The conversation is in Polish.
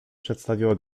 przedstawiła